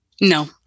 No